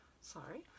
Sorry